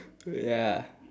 ya